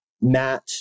Matt